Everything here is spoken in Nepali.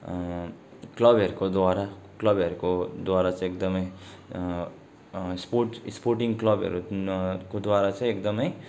क्लबहरूको द्वारा क्लबहरूको द्वारा चाहिँ एकदमै स्पोर्ट स्पोर्टिङ क्लबहरूको द्वारा चाहिँ एकदमै